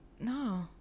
no